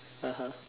(uh huh)